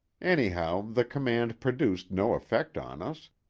anyhow the command produced no effect on us,